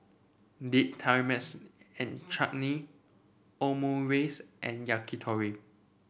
Date Tamarind Chutney Omurice and Yakitori